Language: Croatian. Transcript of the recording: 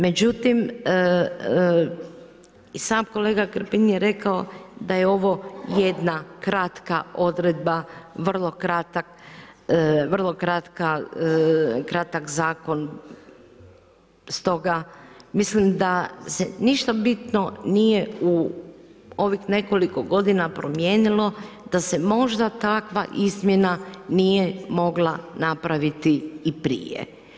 Međutim, i sam kolega Grbin je rekao da je ovo jedna kratka odredba, vrlo kratak Zakon stoga mislim da se ništa bitno nije u ovih nekoliko godina promijenilo, da se možda takva izmjena nije mogla napraviti i prije.